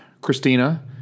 Christina